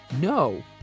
no